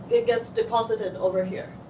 it gets deposited over here.